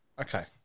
Okay